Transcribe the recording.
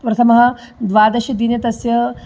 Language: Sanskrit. प्रथमः द्वादशदिने तस्य